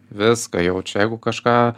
viską jaučia jeigu kažką